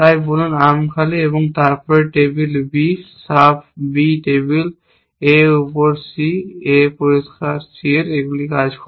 তাই বলুন আর্ম খালি তারপরে টেবিল B সাফ B টেবিল A উপর C A পরিষ্কার C এইগুলি কাজ করে